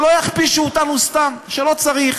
שלא יכפישו אותנו סתם, כשלא צריך.